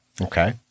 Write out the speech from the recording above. Okay